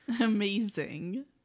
Amazing